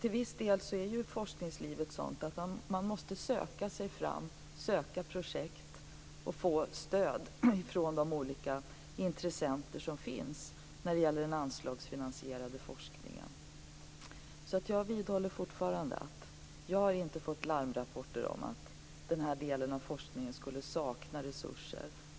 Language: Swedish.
Forskningslivet är ju till viss del sådant att man måste söka sig fram, söka projekt och få stöd ifrån de olika intressenter som finns när det gäller den anslagsfinansierade forskningen. Jag vidhåller fortfarande att jag inte har fått några larmrapporter om att den här delen av forskningen skulle sakna resurser.